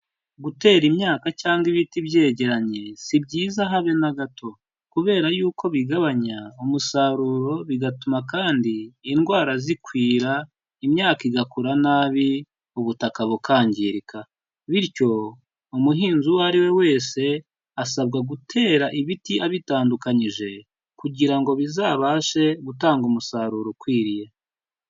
Gutera imyaka cyangwa ibiti byegeranye, si byiza habe na gato. Kubera yuko bigabanya umusaruro bigatuma kandi indwara zikwira, imyaka igakura nabi, ubutaka bukangirika. Bityo umuhinzi uwo ari we wese asabwa gutera ibiti abitandukanyije kugira ngo bizabashe gutanga umusaruro ukwiriye.